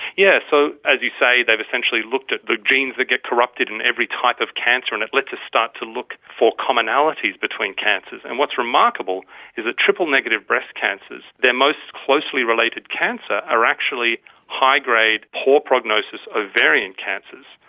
yes, so, as you say, they've essentially looked at the genes that get corrupted in every type of cancer, and it lets us starts to look for commonalities between cancers. and what's remarkable is that triple-negative breast cancers, their most closely related cancer are actually high grade, poor prognosis ovarian cancers.